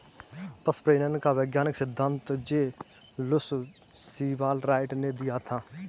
पशु प्रजनन का वैज्ञानिक सिद्धांत जे लुश सीवाल राइट ने दिया था